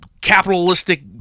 capitalistic